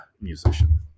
musician